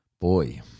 Boy